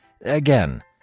Again